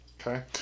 Okay